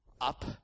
Up